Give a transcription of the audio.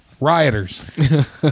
rioters